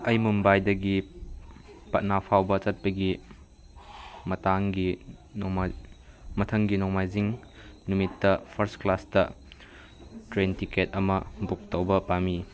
ꯑꯩ ꯃꯨꯝꯕꯥꯏꯗꯒꯤ ꯄꯠꯅꯥ ꯐꯥꯎꯕ ꯆꯠꯄꯒꯤ ꯃꯇꯥꯡꯒꯤ ꯅꯣꯡꯃ ꯃꯊꯪꯒꯤ ꯅꯣꯡꯃꯥꯏꯖꯤꯡ ꯅꯨꯃꯤꯠꯇ ꯐꯥꯔꯁ ꯀ꯭ꯂꯥꯁꯇ ꯇ꯭ꯔꯦꯟ ꯇꯤꯛꯀꯦꯠ ꯑꯃ ꯕꯨꯛ ꯇꯧꯕ ꯄꯥꯝꯃꯤ